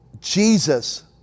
Jesus